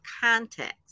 context